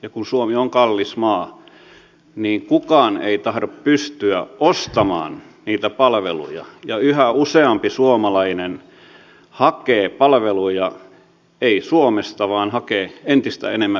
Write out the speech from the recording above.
kun suomi on kallis maa niin kukaan ei tahdo pystyä ostamaan niitä palveluja ja yhä useampi suomalainen hakee palveluja ei suomesta vaan entistä enemmän virosta